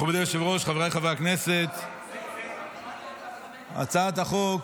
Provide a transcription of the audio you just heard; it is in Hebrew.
מכובדי היושב-ראש, חבריי חברי הכנסת, הצעת החוק